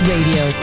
Radio